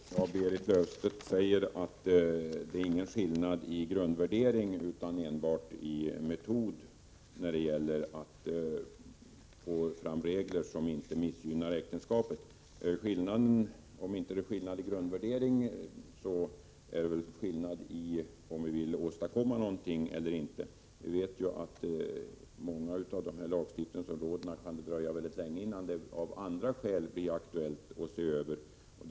Herr talman! Berit Löfstedt säger att det inte finns någon skillnad i fråga om grundvärderingarna utan att åsiktsskillnaderna endast gäller metoderna för att få fram regler som inte missgynnar äktenskapet. Men även om det inte föreligger någon skillnad i grundvärderingen, så finns det väl ändå en skillnad när det gäller om man vill åstadkomma någonting eller inte. På många av dessa lagstiftningsområden kan det dröja mycket länge innan det av andra skäl blir aktuellt att göra en översyn.